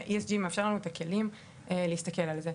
וה-ESG מאפשר לנו את הכלים להסתכל על זה.